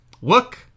Look